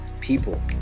people